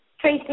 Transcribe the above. Tracy